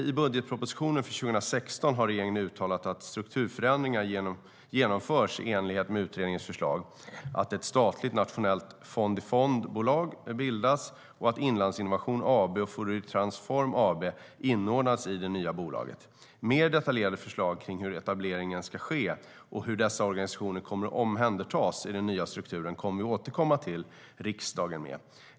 I budgetpropositionen för 2016 har regeringen uttalat att strukturförändringar genomförs i enlighet med utredningens förslag, att ett statligt nationellt fond-i-fond-bolag bildas och att Inlandsinnovation AB och Fouriertransform AB inordnas i det nya bolaget. Mer detaljerade förslag kring hur etableringen ska ske och hur dessa organisationer kommer att omhändertas i den nya strukturen kommer vi att återkomma till riksdagen med.